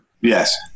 Yes